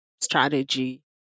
strategy